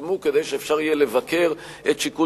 יפורסמו כדי שאפשר יהיה לבקר את שיקול